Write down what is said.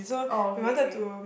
oh okay okay